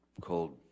called